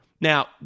Now